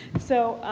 so,